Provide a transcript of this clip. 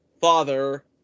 father